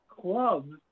clubs